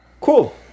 Cool